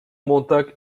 montag